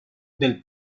del